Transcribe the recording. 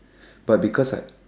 but because right